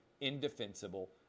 indefensible